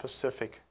Pacific